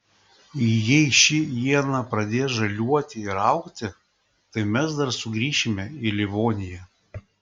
jei ši iena pradės žaliuoti ir augti tai mes dar sugrįšime į livoniją